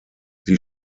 sie